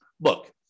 look